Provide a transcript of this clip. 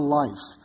life